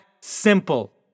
simple